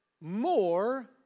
more